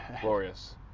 glorious